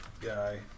guy